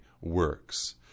works